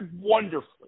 wonderfully